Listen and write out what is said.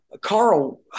Carl